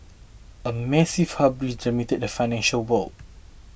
a massive hubris dominated the financial world